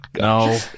No